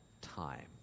time